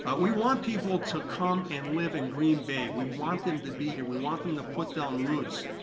but we want people to come and live in green bay. we want them to be here, we want them to put down roots.